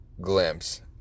glimpse